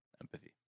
empathy